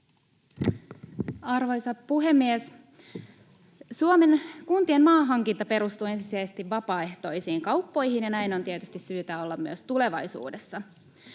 Arvoisa puhemies! Suomen kuntien maanhankinta perustuu ensisijaisesti vapaaehtoisiin kauppoihin, ja näin on tietysti syytä olla myös tulevaisuudessa.